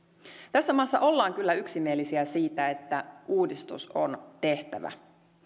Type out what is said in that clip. tässä maassa ollaan kyllä yksimielisiä siitä että uudistus on tehtävä